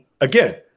again